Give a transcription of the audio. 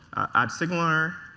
app signaler.